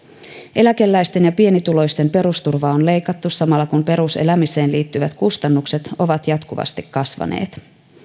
eläkeläisten ja pienituloisten perusturvaa on leikattu samalla kun peruselämiseen liittyvät kustannukset ovat jatkuvasti kasvaneet